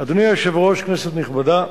אדוני היושב-ראש, כנסת נכבדה,